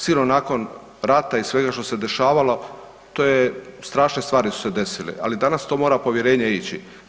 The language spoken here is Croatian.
Sigurno nakon rata i svega što se dešavalo to je strašne stvari su se desile, ali danas to mora povjerenje ići.